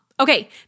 Okay